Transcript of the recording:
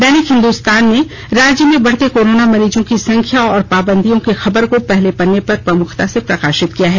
दैनिक हिंदुस्तान ने राज्य में बढ़ते कोरोना मरीजों की संख्या और पाबंदियों की खबर को पहले पन्ने पर प्रमुखता से प्रकाशित किया है